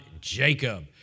Jacob